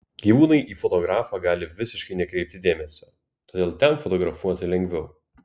gyvūnai į fotografą gali visiškai nekreipti dėmesio todėl ten fotografuoti lengviau